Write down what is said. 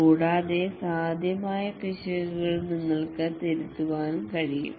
കൂടാതെ സാധ്യമായ പിശകുകൾ നിങ്ങൾക്ക് തിരുത്താനും കഴിയും